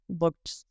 looked